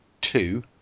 two